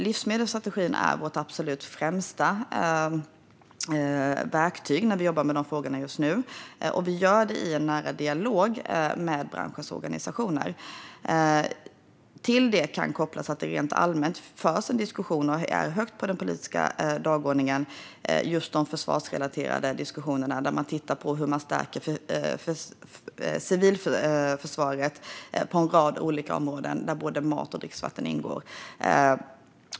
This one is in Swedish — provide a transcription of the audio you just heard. Livsmedelsstrategin är vårt absolut främsta verktyg när vi just nu jobbar med dessa frågor. Vi gör det i en nära dialog med branschens organisationer. Till detta kan en diskussion som förs högt på den politiska dagordningen kopplas, och den rör just det som är försvarsrelaterat. Man tittar på hur man kan stärka civilförsvaret på en rad olika områden. Där ingår både mat och dricksvatten.